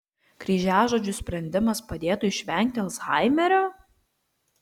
kryžiažodžių sprendimas padėtų išvengti alzhaimerio